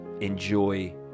enjoy